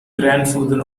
grandfather